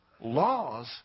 Laws